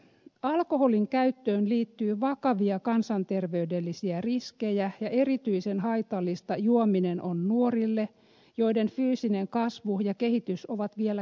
alkoholin käyttöön liittyy vakavia kansanterveydellisiä riskejä ja erityisen haitallista juominen on nuorille joiden fyysinen kasvu ja kehitys ovat vielä kesken